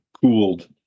cooled